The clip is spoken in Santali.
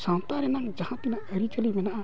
ᱥᱟᱶᱛᱟ ᱨᱮᱱᱟᱜ ᱡᱟᱦᱟᱸ ᱛᱤᱱᱟᱹᱜ ᱟᱹᱨᱤᱪᱟᱹᱞᱤ ᱢᱮᱱᱟᱜᱼᱟ